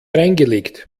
reingelegt